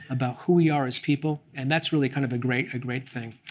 about who we are as people. and that's really kind of a great great thing.